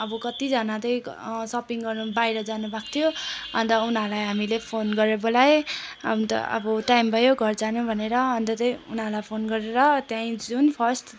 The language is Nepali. अब कतिजना चाहिँ सपिङ गर्नु बाहिर जानुभएको थियो अन्त उनीहरूलाई हामीले फोन गरेर बोलायौँ अन्त अब टाइम भयो घर जानु भनेर अन्त त्यही उनीहरूलाई फोन गरेर त्यही जुन फर्स्ट